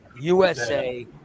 USA